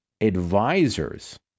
advisors